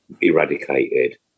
eradicated